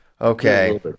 Okay